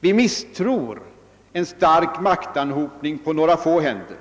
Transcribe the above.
Vi misstror en stark maktanhopning på några få händer